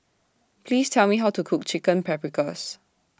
Please Tell Me How to Cook Chicken Paprikas